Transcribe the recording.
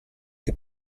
che